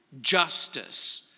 justice